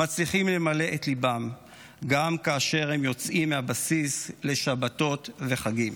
מצליחים למלא את ליבם גם כאשר הם יוצאים מהבסיס לשבתות ולחגים.